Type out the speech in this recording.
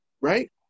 right